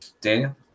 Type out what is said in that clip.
Daniel